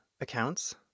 accounts